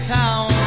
town